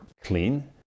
clean